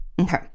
Okay